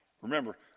Remember